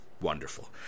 wonderful